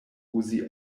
uzi